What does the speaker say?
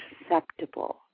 acceptable